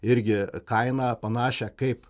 irgi kainą panašią kaip